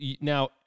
now